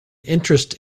interest